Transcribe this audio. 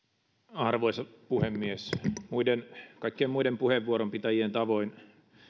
arvoisa puhemies kaikkien muiden puheenvuoron pitäjien tavoin